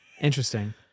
Interesting